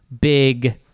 big